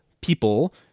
people